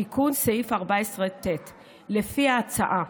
תיקון סעיף 14ט. לפי ההצעה,